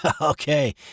Okay